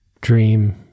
dream